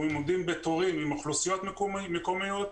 או לעמוד בתורים עם אוכלוסיות מקומיות,